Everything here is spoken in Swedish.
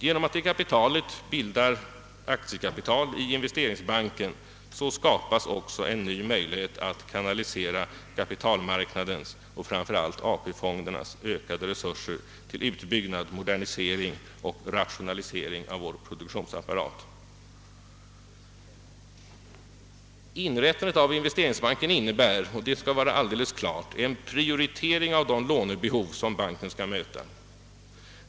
Genom att det kapitalet bildar aktiekapital i in vesteringsbanken skapas också en ny möjlighet att kanalisera kapitalmarknadens och framför allt AP-fondernas ökade resurser till utbyggnad, modernisering och rationalisering av vår produktionsapparat. Inrättandet av investeringsbanken innebär — det skall vara alldeles klart — en prioritering av det lånebehov som banken skall möta.